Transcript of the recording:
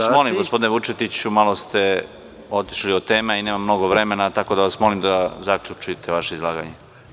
Ja vas molim, gospodine Vučetiću, malo ste otišli od teme i nema mnogo vremena, tako da vas molim da zaključite vaše izlaganje.